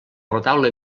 retaule